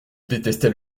détestait